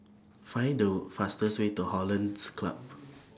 Find The fastest Way to Hollandse Club